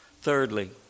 Thirdly